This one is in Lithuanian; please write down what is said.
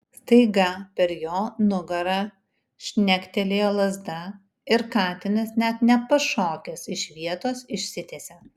staiga per jo nugarą žnektelėjo lazda ir katinas net nepašokęs iš vietos išsitiesė